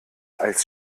als